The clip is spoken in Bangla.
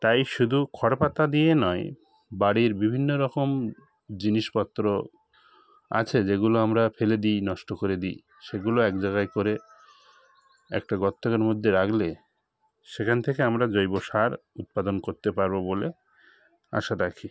তাই শুধু খড় পাতা দিয়ে নয় বাড়ির বিভিন্ন রকম জিনিসপত্র আছে যেগুলো আমরা ফেলে দিই নষ্ট করে দিই সেগুলো এক জায়গায় করে একটা গর্তের মধ্যে রাখলে সেখান থেকে আমরা জৈব সার উৎপাদন করতে পারবো বলে আশা রাখি